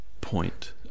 point